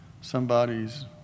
somebody's